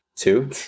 Two